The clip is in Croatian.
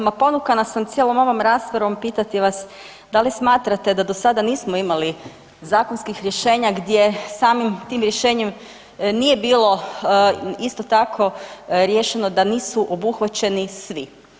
Ma ponukana sam cijelom ovom raspravom, pitati vas da li smatrate da do sada nismo imali zakonskih rješenja gdje samim tim rješenjem nije bilo isto tako riješeno da nisu obuhvaćeni svi?